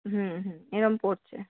হুম হুম এরম পড়ছে